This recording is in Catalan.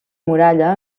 muralla